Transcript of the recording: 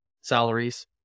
salaries